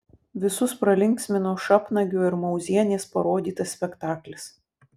visus pralinksmino šapnagio ir mauzienės parodytas spektaklis